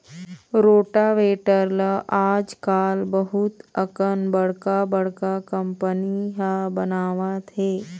rotavator ल आजकाल बहुत अकन बड़का बड़का कंपनी ह बनावत हे